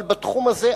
אבל בתחום הזה,